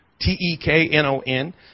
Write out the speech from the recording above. T-E-K-N-O-N